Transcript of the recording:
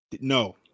No